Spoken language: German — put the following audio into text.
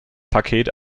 paket